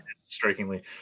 strikingly